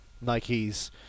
Nike's